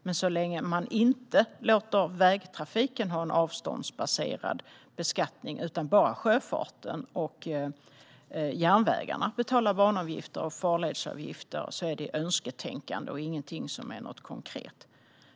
Men så länge man inte låter vägtrafiken ha en avståndsbaserad beskattning utan bara låter sjöfarten och järnvägarna betala farledsavgifter och banavgifter är det ett önsketänkande och ingenting som är konkret.